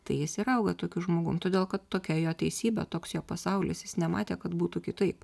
tai jis ir auga tokiu žmogum todėl kad tokia jo teisybė toks jo pasaulis jis nematė kad būtų kitaip